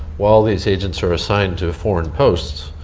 while these agents are assigned to a foreign post,